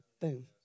Boom